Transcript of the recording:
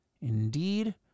Indeed